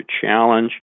challenge